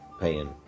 paying